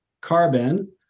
carbon